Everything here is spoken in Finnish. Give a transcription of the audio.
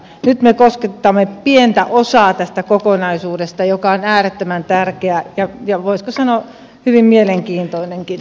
nyt me kosketamme pientä osaa tästä kokonaisuudesta joka on äärettömän tärkeä ja voisiko sanoa hyvin mielenkiintoinenkin